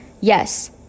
Yes